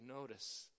notice